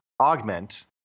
augment –